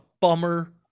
bummer